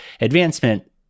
advancement